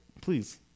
Please